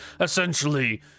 essentially